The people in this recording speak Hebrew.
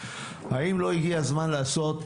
האם לא הגיע הזמן לעשות